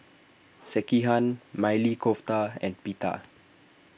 Sekihan Maili Kofta and Pita